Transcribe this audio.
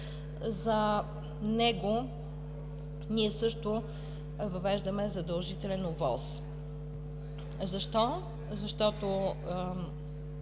За него ние също въвеждаме задължителна ОВОС. Защо? Защото